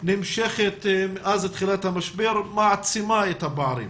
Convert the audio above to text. נמשכת מאז תחילת המשבר ומעצימה את הפערים,